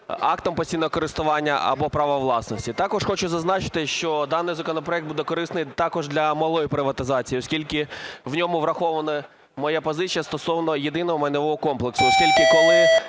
актом постійного користування або правом власності. Також хочу зазначити, що даний законопроект буде корисний також для малої приватизації, оскільки в ньому врахована моя позиція стосовно єдиного майнового комплексу. Оскільки, коли